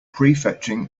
prefetching